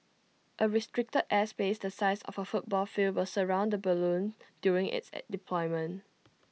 A restricted airspace the size of A football field will surround the balloon during its deployment